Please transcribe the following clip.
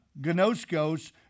gnoskos